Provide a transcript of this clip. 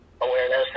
awareness